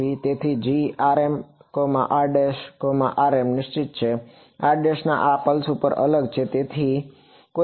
તેથીgrmrrm નિશ્ચિત છે rઆ પલ્સ ઉપર અલગ છે